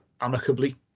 amicably